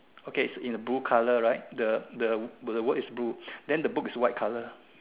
okay so in the blue color right the the the word is blue then the book is white color